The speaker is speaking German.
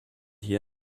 hier